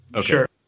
Sure